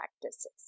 practices